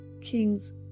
Kings